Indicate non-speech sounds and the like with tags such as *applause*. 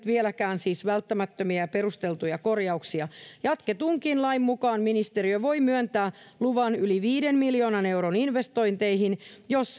*unintelligible* vieläkään välttämättömiä perusteltuja korjauksia jatketunkin lain mukaan ministeriö voi myöntää luvan yli viiden miljoonan euron investointeihin jos *unintelligible*